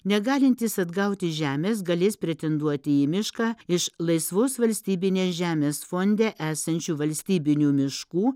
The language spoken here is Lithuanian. negalintys atgauti žemės galės pretenduoti į mišką iš laisvos valstybinės žemės fonde esančių valstybinių miškų